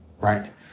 right